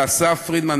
לאסף פרידמן,